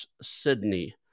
sydney